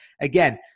Again